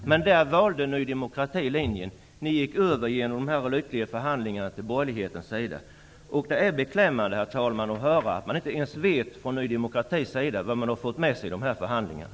Men Ny demokrati valde linje. I de här lyckliga förhandlingarna gick ni över på borgerlighetens sida. Det är beklämmande, herr talman, att höra att man från Ny demokratis sida inte ens vet vad man har fått med sig från förhandlingarna.